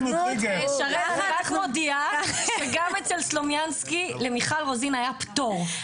אני רק מודיעה שגם אצל סלומינסקי למיכל רוזין היה פטור.